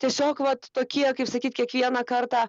tiesiog vat tokie kaip sakyt kiekvieną kartą